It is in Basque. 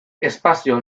espazio